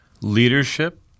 leadership